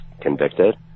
convicted